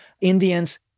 Indians